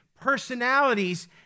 personalities